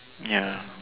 ya